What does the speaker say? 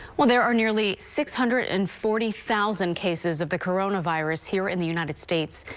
well, there are nearly six hundred and forty thousand cases of the coronavirus here in the united states.